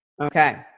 Okay